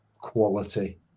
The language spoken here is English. quality